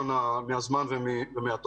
בהמשך.